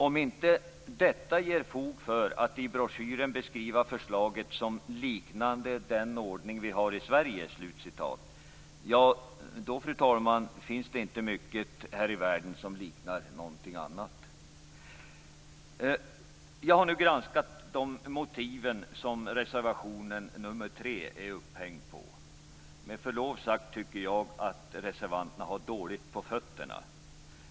Om detta inte ger fog för att i broschyren beskriva förslaget så att det liknar den ordning vi har i Sverige, finns det inte mycket här i världen som liknar någonting annat. Jag har nu granskat de motiv som reservation nr 3 är uppbyggd på. Med förlov sagt tycker jag att reservanterna har dåligt på fötterna.